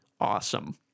awesome